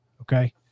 Okay